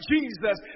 Jesus